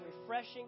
refreshing